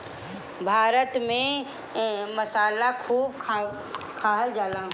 भारत में मसाला खूब खाइल जाला